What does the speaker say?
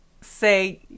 say